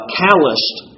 calloused